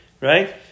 right